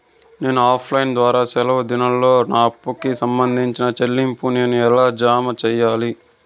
నేను offline ద్వారా సెలవు దినాల్లో నా అప్పుకి సంబంధించిన చెల్లింపులు నేను ఎలా జామ సెయ్యాలి?